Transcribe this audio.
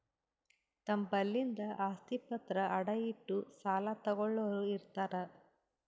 ತಮ್ ಬಲ್ಲಿಂದ್ ಆಸ್ತಿ ಪತ್ರ ಅಡ ಇಟ್ಟು ಸಾಲ ತಗೋಳ್ಳೋರ್ ಇರ್ತಾರ